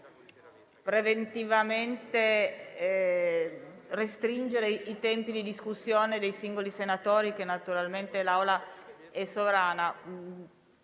preventivamente restringere i tempi di discussione dei singoli senatori (naturalmente l'Assemblea è sovrana),